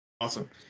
awesome